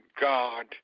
God